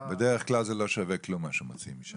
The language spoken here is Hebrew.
בדרך כלל זה לא שווה כלום מה שמוציאים משם.